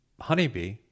honeybee